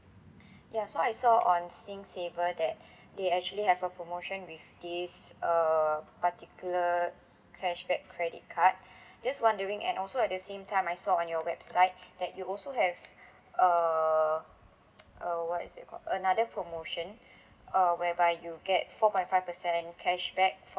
ya so I saw on singsaver that they actually have a promotion with this uh particular cashback credit card just wondering and also at the same time I saw on your website that you also have err uh what is it called another promotion uh whereby you get four point five percent cashback